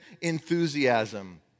enthusiasm